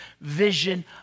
vision